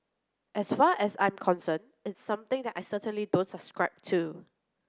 as far as I'm concerned it's something that I certainly don't subscribe to